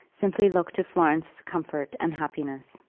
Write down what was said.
simply looked to florence's comfort and happiness.